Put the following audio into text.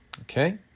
Okay